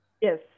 Yes